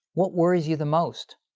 what worries you the most?